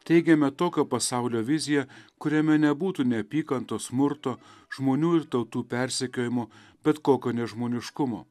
teigiame tokio pasaulio viziją kuriame nebūtų neapykanto smurto žmonių ir tautų persekiojimo bet kokio nežmoniškumo